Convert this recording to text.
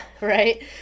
Right